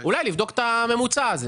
או לבדוק את הממוצע.